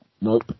Nope